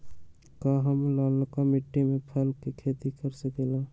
का हम लालका मिट्टी में फल के खेती कर सकेली?